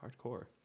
hardcore